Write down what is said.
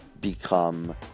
become